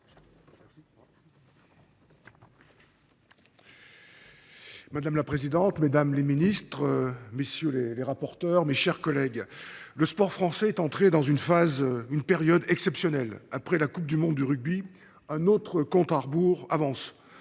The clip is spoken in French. Madame la présidente, mesdames les ministres, mes chers collègues, le sport français est entré dans une période exceptionnelle. Après la Coupe du monde de rugby, un autre compte à rebours